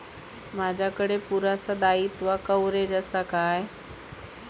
माजाकडे पुरासा दाईत्वा कव्हारेज असा काय?